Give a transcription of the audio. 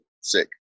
sick